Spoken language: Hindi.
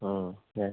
हाँ यस